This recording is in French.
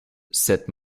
cette